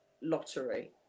lottery